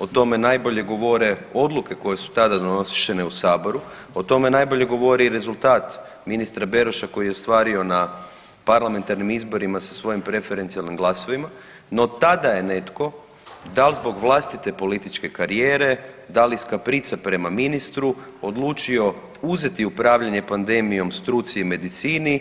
O tome najbolje govore odluke koje su tada donošene u Saboru, o tome najbolje govori i rezultat ministra Beroša koji je ostvario na parlamentarnim izborima sa svojim preferencijalnim glasovima, no tada je netko, da li zbog vlastite političke karijere, da li s kaprice prema ministru odlučio uzeti upravljanje pandemijom struci i medicini